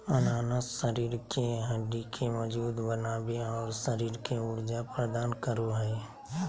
अनानास शरीर के हड्डि के मजबूत बनाबे, और शरीर के ऊर्जा प्रदान करो हइ